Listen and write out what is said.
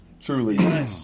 truly